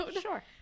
Sure